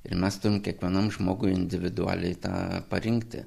ir mes turim kiekvienam žmogui individualiai tą parinkti